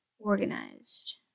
Organized